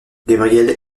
gabrielle